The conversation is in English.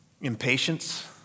Impatience